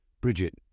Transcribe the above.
Bridget